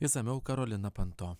išsamiau karolina panto